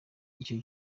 icyo